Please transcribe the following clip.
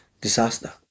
disaster